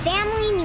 Family